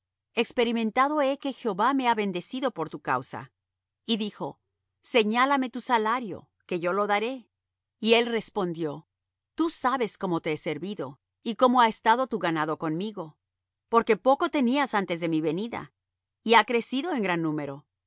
experimentado he que jehová me ha bendecido por tu causa y dijo señálame tu salario que yo lo daré y él respondió tú sabes cómo te he servido y cómo ha estado tu ganado conmigo porque poco tenías antes de mi venida y ha crecido en gran número